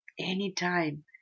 anytime